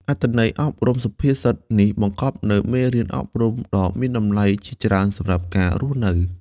អត្ថន័យអប់រំសុភាសិតនេះបង្កប់នូវមេរៀនអប់រំដ៏មានតម្លៃជាច្រើនសម្រាប់ការរស់នៅ